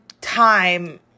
time